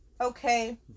Okay